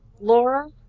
Laura